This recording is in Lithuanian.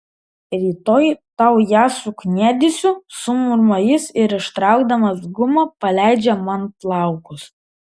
rytoj tau ją sukniedysiu sumurma jis ir ištraukdamas gumą paleidžia man plaukus